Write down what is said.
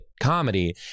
Comedy